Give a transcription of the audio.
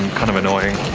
and kind of annoying!